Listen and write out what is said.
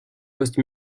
poste